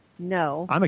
No